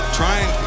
trying